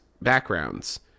backgrounds